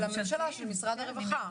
של משרד הרווחה.